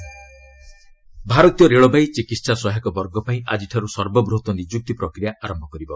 rail ଭାରତୀୟ ରେଳବାଇ ଚିକିହା ସହାୟକ ବର୍ଗ ପାଇଁ ଆଜିଠାରୁ ସର୍ବବୃହତ୍ ନିଯୁକ୍ତି ପ୍ରକ୍ରିୟା ଆରମ୍ଭ କରିବ